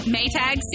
Maytag